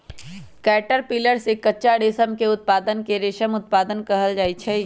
caterpillar से कच्चा रेशम के उत्पादन के रेशम उत्पादन कहल जाई छई